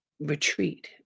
retreat